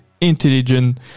intelligence